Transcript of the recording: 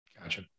Gotcha